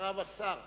אחריו, השר